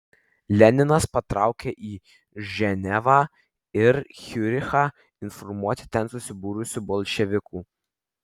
leninas patraukė į ženevą ir ciurichą informuoti ten susibūrusių bolševikų